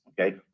Okay